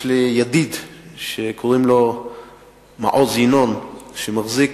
יש לי ידיד שקוראים לו מעוז ינון, שמחזיק